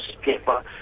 paper